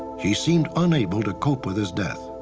she seemed unable to cope with his death.